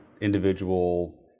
individual